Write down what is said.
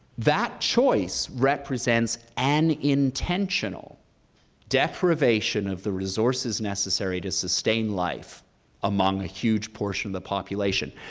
that choice represents an intentional depravation of the resources necessary to sustain life among a huge portion of the population,